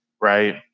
right